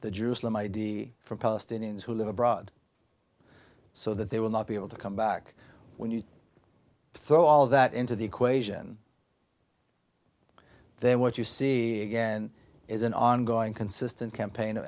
the jerusalem id from palestinians who live abroad so that they will not be able to come back when you throw all that into the equation there what you see again is an ongoing consistent